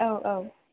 औ औ